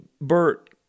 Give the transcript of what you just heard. Bert